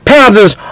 Panthers